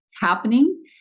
happening